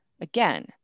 again